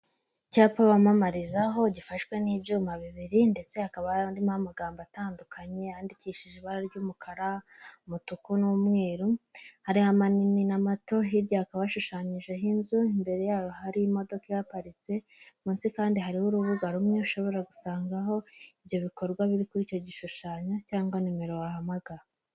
Icyapa bamamarizaho gifashwe n'ibyuma bibiri ndetse hakaba hari harimo amagambo atandukanye, yandikishije ibara ry'umukara umutuku n'umweru, hari amanini n'amato hiryahakaba hashushanyijeho inzu imbere yaho hari imodoka ihaparitse, munsi kandi hariho urubuga rumwe, ushobora gusangaho ibyo bikorwa biri kuri icyo gishushanyo cyangwa nimero wahamagara.